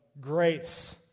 grace